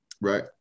right